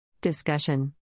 Discussion